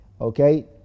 Okay